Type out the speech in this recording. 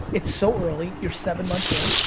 it's so early, you're seven months in.